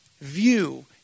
view